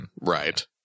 Right